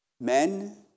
Men